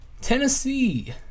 Tennessee